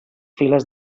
files